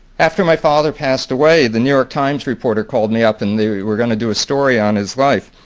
after my father passed away the new york times reporter called me up and they were going to do a story on his life.